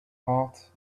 heart